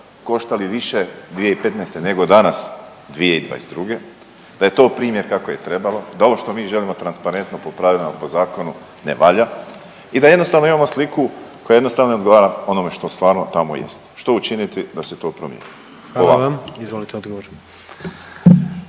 koštali više 2015. nego danas 2022., da je to primjer kako je trebalo, da ovo što mi želimo transparentno, po pravilima, po zakonu, ne valja i da jednostavno imamo sliku koja jednostavno ne odgovara onome što stvarno tamo jest. Što učiniti da se to promijeni po vama? **Jandroković,